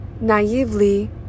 naively